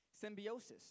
Symbiosis